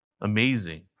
Amazing